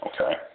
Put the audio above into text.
okay